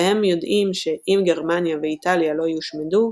והם יודעים ש"אם גרמניה ואיטליה לא יושמדו,